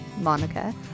Monica